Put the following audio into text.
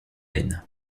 haine